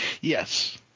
Yes